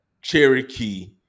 Cherokee